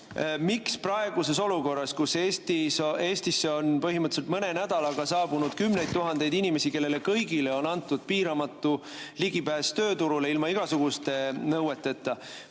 miks praeguses olukorras, kus Eestisse on põhimõtteliselt mõne nädalaga saabunud kümneid tuhandeid inimesi, kellele kõigile on antud piiramatu ligipääs tööturule ilma igasuguste nõueteta,